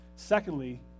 Secondly